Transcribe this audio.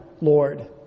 Lord